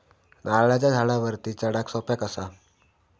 नारळाच्या झाडावरती चडाक सोप्या कसा?